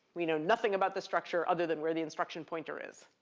we know nothing about the structure other than where the instruction pointer is.